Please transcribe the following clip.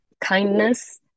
kindness